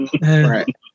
Right